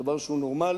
דבר שהוא נורמלי,